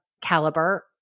caliber